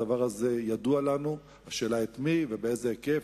הדבר הזה ידוע לנו, השאלה היא, את מי ובאיזה היקף.